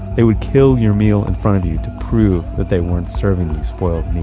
they would kill your meal in front of you to prove that they weren't serving a spoiled